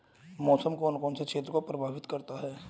मौसम कौन कौन से क्षेत्रों को प्रभावित करता है?